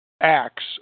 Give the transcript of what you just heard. acts